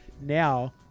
now